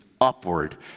upward